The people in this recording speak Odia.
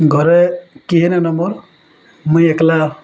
ଘରେ କିଏ ମୁଇଁ ଏକଲା